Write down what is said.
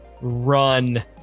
run